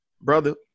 Brother